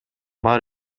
бар